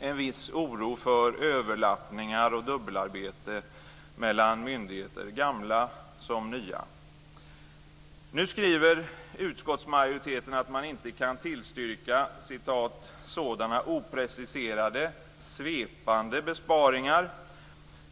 en viss oro för överlappningar och dubbelarbete mellan myndigheter, gamla som nya. Nu skriver utskottsmajoriteten att man inte kan tillstyrka "sådana opreciserade, svepande besparingar".